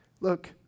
Look